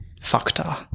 factor